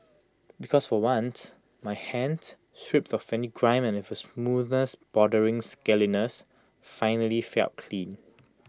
because for once my hands stripped of any grime and with A smoothness bordering scaliness finally felt clean